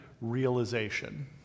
realization